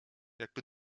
jakby